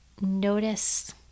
notice